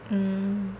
mm